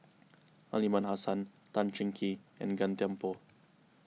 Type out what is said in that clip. Aliman Hassan Tan Cheng Kee and Gan Thiam Poh